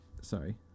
sorry